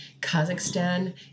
Kazakhstan